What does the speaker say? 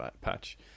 patch